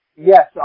Yes